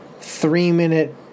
three-minute